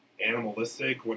Animalistic